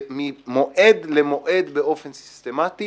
וממועד למועד באופן סיסטמתי